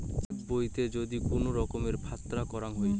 check বইতে যদি কুনো রকমের ফাত্রা কর হই